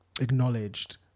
acknowledged